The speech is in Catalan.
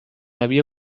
havia